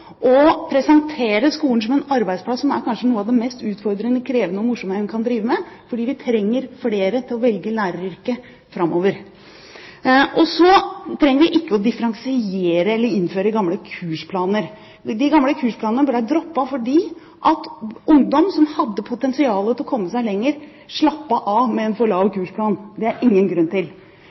presentere skolen som en arbeidsplass som kanskje er noe av det mest utfordrende, krevende og morsomme man kan tenke seg, fordi vi trenger flere til å velge læreryrket framover. Så trenger vi ikke differensiere eller innføre gamle kursplaner. De gamle kursplanene ble droppet fordi ungdom som hadde potensial til å komme seg lenger, slappet av med en for lav kursplan. Det er det ingen grunn til.